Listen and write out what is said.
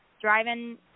driving